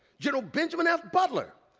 general benjamin f. butler,